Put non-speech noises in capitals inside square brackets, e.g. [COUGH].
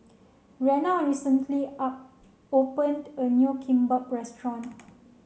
Rena recently [UNINTELLIGIBLE] opened a new Kimbap restaurant